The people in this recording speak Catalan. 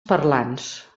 parlants